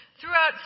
Throughout